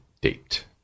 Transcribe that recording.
date